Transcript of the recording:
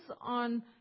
on